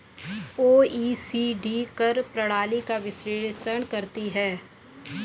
OECD कर प्रणाली का विश्लेषण करती हैं